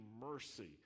mercy